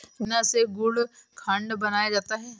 गन्ना से गुड़ खांड बनाया जाता है